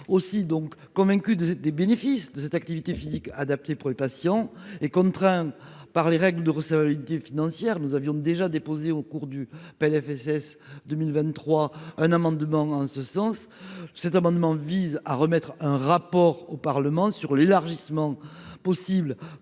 aussi donc convaincu des des bénéfices de cette activité physique adaptée pour les patients et contraint par les règles de recevabilité financière nous avions déjà déposé au cours du PLFSS 2023 un amendement en ce sens. Cet amendement vise à remettre un rapport au Parlement sur l'élargissement possible